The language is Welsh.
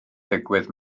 ddigwydd